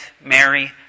Mary